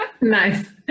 Nice